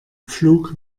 pflug